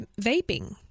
vaping